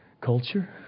culture